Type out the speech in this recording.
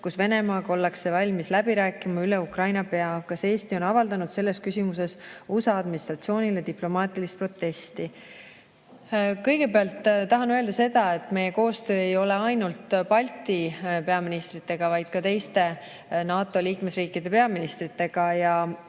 kus Venemaaga ollakse valmis läbi rääkima üle Ukraina pea? Kas Eesti on avaldanud selles küsimuses USA administratsioonile diplomaatilist protesti?" Kõigepealt tahan öelda, et meie koostöö ei ole ainult Balti peaministritega, vaid ka teiste NATO liikmesriikide peaministritega.